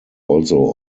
also